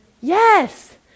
Yes